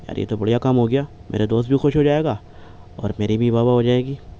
یار یہ تو بڑھیا کام ہو گیا میرا دوست بھی خوش ہو جائے گا اور میری بھی واہ واہ ہو جائے گی